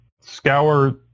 scour